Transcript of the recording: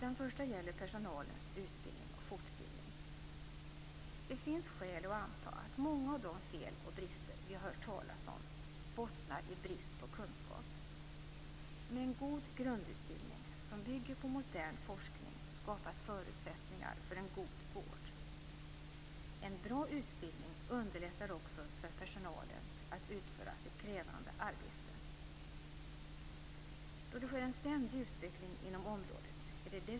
Den första gäller personalens utbildning och fortbildning. Det finns skäl att anta att många av de fel och brister som vi har hört talas om bottnar i brist på kunskap. Med en god grundutbildning som bygger på modern forskning skapas förutsättningar för en god vård.